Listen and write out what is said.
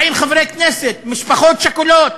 40 חברי כנסת, משפחות שכולות.